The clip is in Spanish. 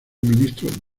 ministro